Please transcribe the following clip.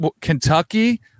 Kentucky